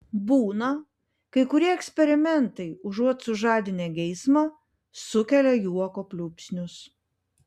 būna kai kurie eksperimentai užuot sužadinę geismą sukelia juoko pliūpsnius